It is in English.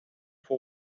for